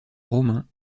romains